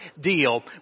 deal